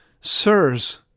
sirs